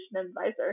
advisor